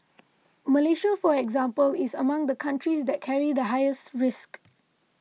Malaysia for example is among the countries that carry the highest risk